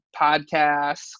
podcasts